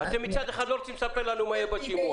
מצד אחד אתם לא רוצים לספר לנו מה יהיה בשימוע.